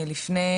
לפני